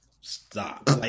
stop